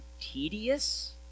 tedious